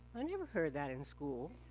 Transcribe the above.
i never heard that in school.